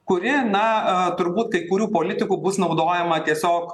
kuri na turbūt kai kurių politikų bus naudojama tiesiog